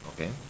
okay